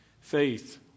faith